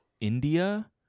india